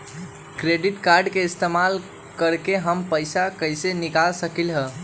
Debit card के इस्तेमाल करके हम पैईसा कईसे निकाल सकलि ह?